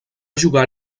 jugar